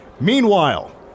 Meanwhile